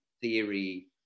theory